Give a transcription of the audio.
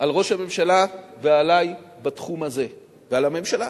על ראש הממשלה ועלי בתחום הזה, ועל הממשלה.